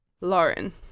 Lauren